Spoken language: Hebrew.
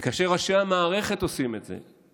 וכאשר ראשי המערכת עושים את זה,